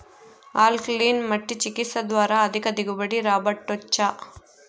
alkaline మట్టి చికిత్స ద్వారా అధిక దిగుబడి రాబట్టొచ్చా